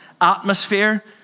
atmosphere